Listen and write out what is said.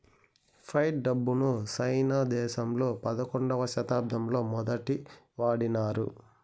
fight డబ్బును China దేశంలో పదకొండవ శతాబ్దంలో మొదటి వాడినారు